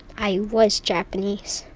i was japanese,